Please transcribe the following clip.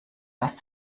dass